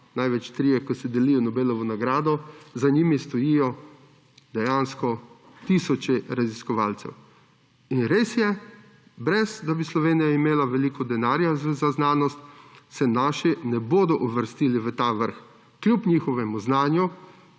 največ trije, ko si delijo Nobelovo nagrado, za njimi stojijo dejansko tisoč raziskovalcev. In res je, brez da bi Slovenija imela veliko denarja za znanost, se naši ne bodo uvrstili v ta vrh kljub njihovemu znanju,